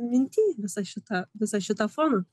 minty visą šitą visą šitą foną